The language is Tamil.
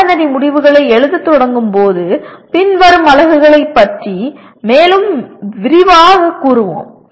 பாடநெறி முடிவுகளை எழுதத் தொடங்கும் போது பின்வரும் அலகுகளைப் பற்றி மேலும் விரிவாகக் கூறுவோம்